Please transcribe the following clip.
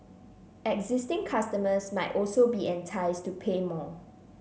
existing customers might also be enticed to pay more